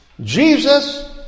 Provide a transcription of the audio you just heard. Jesus